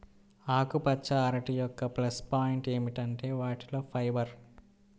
ఆకుపచ్చ అరటి యొక్క ప్లస్ పాయింట్ ఏమిటంటే వాటిలో ఫైబర్